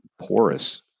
porous